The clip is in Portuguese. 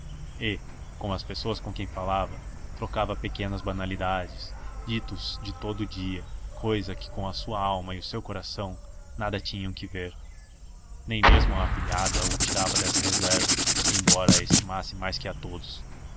e com as pessoas com quem falava trocava pequenas banalidades ditos de todo o dia cousas com que a sua alma e o seu coração nada tinham de ver nem mesmo a afilhada o tirava dessa reserva embora a estimasse mais que a todos